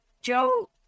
Joe